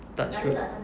tak shiok